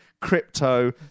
crypto